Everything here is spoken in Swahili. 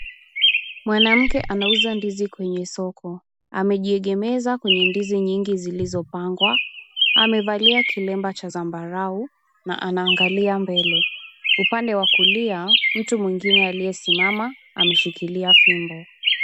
Mwanamke anauza ndizi kwenye soko. Amejiegemeza kwenye ndizi nyingi zilizopangwa. Amevalia kiremba cha zambarau na anaangalia mbele. Upande wa kulia, mtu mwingine aliyesimama ameshikilia fimbo.